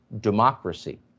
democracy